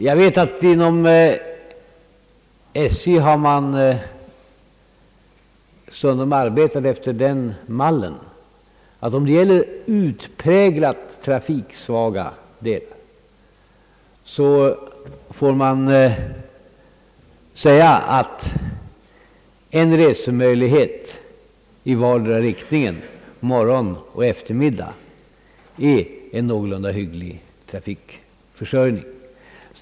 Jag vet att man inom SJ stundom har arbetat efter den mallen att, om det gäller utpräglat trafiksvaga delar, en resemöjlighet i vardera riktningen morgon och eftermidag får anses som en någorlunda hygglig trafikförsörjning.